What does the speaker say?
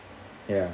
ya